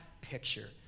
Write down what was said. picture